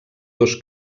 dos